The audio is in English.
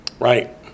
Right